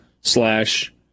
slash